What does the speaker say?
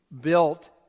built